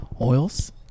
Oils